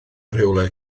rhywle